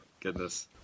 Goodness